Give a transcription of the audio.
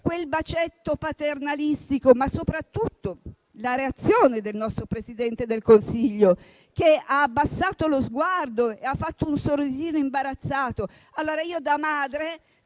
quel bacetto paternalistico, ma soprattutto alla reazione del nostro Presidente del Consiglio, che ha abbassato lo sguardo e ha fatto un sorrisino imbarazzato. Da madre,